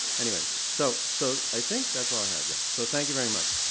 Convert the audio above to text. anyway, so so i think that's all i have, yeah. so thank you very much.